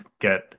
get